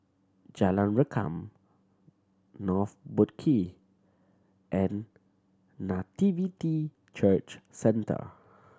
Jalan Rengkam North Boat Quay and Nativity Church Centre